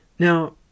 Now